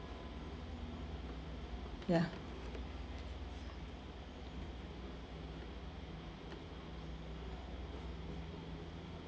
ya